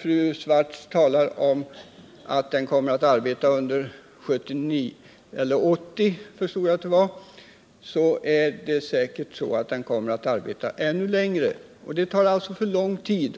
Fru Swartz talar om att den kommer att arbeta under hela 1979 — den kommer säkert att arbeta ännu längre. Det tar för lång tid.